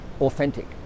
authentic